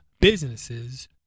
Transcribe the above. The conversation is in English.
businesses